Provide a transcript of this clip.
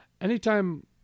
anytime